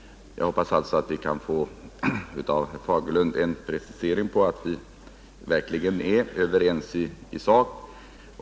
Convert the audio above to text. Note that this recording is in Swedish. Jag hoppas alltså att vi kan få en bekräftelse från herr Fagerlund på att vi verkligen är överens i sak.